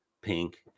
pink